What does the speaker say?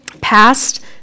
Past